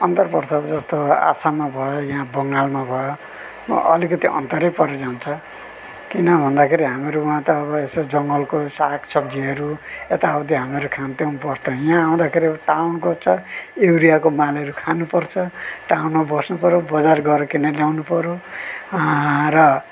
अन्तर पर्छ जस्तो आसममा भयो या बङ्गालमा भयो अ अलिकति अन्तरै परिजान्छ किन भन्दाखेरि हाम्रो वहाँ त अब यसो जङ्गलको सागसब्जीहरू यता उति हाम्रो खान्थ्यौँ बस्थ्यौँ यहाँ आउँदाखेरि टाउनको छ युरियाको मालहरू खानुपर्छ टाउनमा बस्नु पऱ्यो बजार गएर किनेर ल्याउनु पऱ्यो र